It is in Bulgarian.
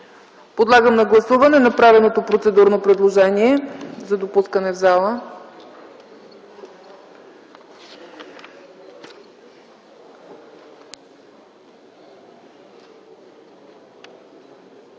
Подлагам на гласуване направеното процедурно предложение за допускане в залата.